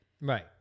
Right